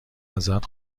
ازت